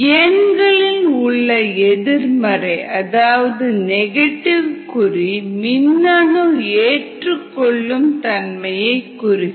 எண்களில் உள்ள எதிர்மறை அதாவது நெகட்டிவ் குறி மின்னணு ஏற்றுக்கொள்ளும் தன்மையை குறிக்கும்